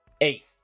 Eight